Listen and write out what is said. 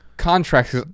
Contracts